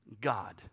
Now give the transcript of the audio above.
God